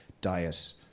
diet